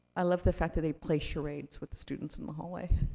i love the fact that they play charades with students in the hallway.